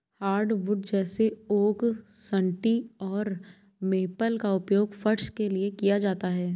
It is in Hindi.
हार्डवुड जैसे ओक सन्टी और मेपल का उपयोग फर्श के लिए किया जाता है